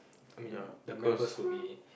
I mean the members will be